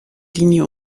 linie